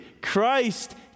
Christ